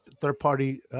third-party